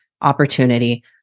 opportunity